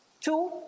Two